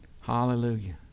hallelujah